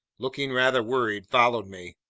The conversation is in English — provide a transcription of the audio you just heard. looking rather worried, followed me.